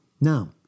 Now